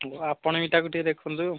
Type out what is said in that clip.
ଆପଣ ଏଇଟାକୁ ଟିକେ ଦେଖନ୍ତୁ